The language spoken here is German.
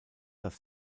das